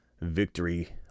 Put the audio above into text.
victory